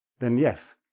then, yes,